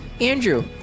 Andrew